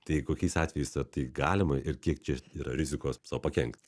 tai kokiais atvejais ar tai galima ir kiek čia yra rizikos sau pakenkti